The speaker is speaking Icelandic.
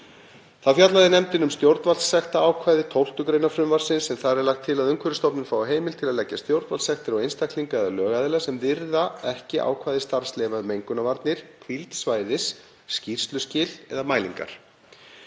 Þá fjallaði nefndin um stjórnvaldssektarákvæði 12. gr. frumvarpsins en þar er lagt til að Umhverfisstofnun fái heimild til að leggja stjórnvaldssektir á einstaklinga eða lögaðila sem virða ekki ákvæði starfsleyfa um mengunarvarnir, hvíld svæðis, skýrsluskil eða mælingar.